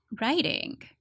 writing